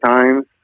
times